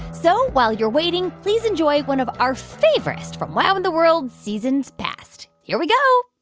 so while you're waiting, please enjoy one of our favoritest from wow in the world seasons past. here we go